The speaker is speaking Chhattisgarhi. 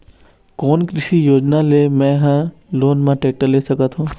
कोन कृषि योजना ले मैं हा लोन मा टेक्टर ले सकथों?